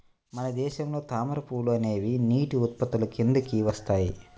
మన దేశంలో తామర పువ్వులు అనేవి నీటి ఉత్పత్తుల కిందికి వస్తాయి